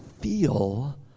feel